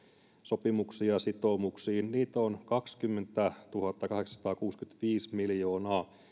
sopimuksiin ja sitoumuksiin niitä on kaksikymmentätuhattakahdeksansataakuusikymmentäviisi miljoonaa